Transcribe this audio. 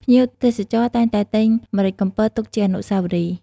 ភ្ញៀវទេសចរណ៍តែងតែទិញម្រេចកំពតទុកជាអនុស្សាវរីយ៍។